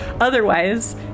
Otherwise